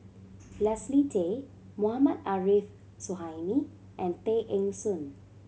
Leslie Tay Mohammad Arif Suhaimi and Tay Eng Soon